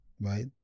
right